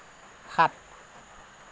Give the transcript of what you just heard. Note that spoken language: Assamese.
সাত